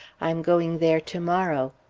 i'm going there to-morrow.